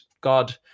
God